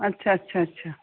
ਅੱਛਾ ਅੱਛਾ ਅੱਛਾ